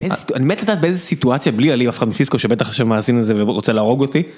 אני מת לדעת באיזה סיטואציה בלי להעליב אף אחד מסיסקו שבטח מאזין לזה עכשיו ורוצה להרוג אותי